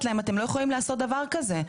להם 'אתם לא יכולים לעשות דבר כזה'.